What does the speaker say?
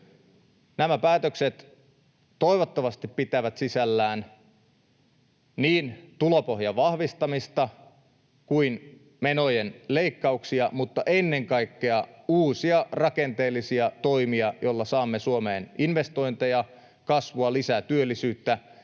Nämä päätökset toivottavasti pitävät sisällään niin tulopohjan vahvistamista kuin menojen leikkauksia, mutta ennen kaikkea uusia rakenteellisia toimia, joilla saamme Suomeen investointeja, kasvua, lisää työllisyyttä